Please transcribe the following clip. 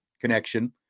connection